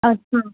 अच्छा